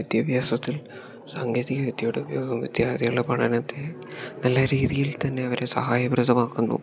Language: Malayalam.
വിദ്യാഭ്യാസത്തിൽ സാങ്കേതിക വിദ്യയുടെ ഉപയോഗം വിദ്യാർത്ഥികളുടെ പഠനത്തെ നല്ല രീതിയിൽ തന്നെ അവരെ സഹായപ്രദമാക്കുന്നു